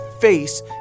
face